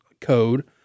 code